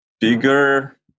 bigger